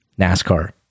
NASCAR